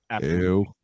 Ew